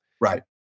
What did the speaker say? Right